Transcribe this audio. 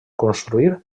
construir